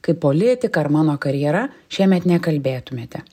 kaip politika ar mano karjera šiemet nekalbėtumėte